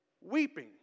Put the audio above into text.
weeping